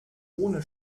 ohne